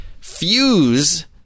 Fuse